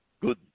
good